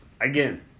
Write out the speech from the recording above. Again